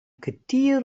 kertier